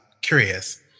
curious